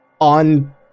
on